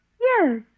Yes